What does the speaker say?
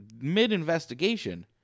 Mid-investigation